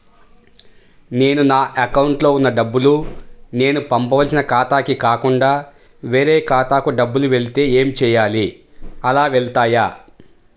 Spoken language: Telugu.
నేను నా అకౌంట్లో వున్న డబ్బులు నేను పంపవలసిన ఖాతాకి కాకుండా వేరే ఖాతాకు డబ్బులు వెళ్తే ఏంచేయాలి? అలా వెళ్తాయా?